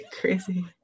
Crazy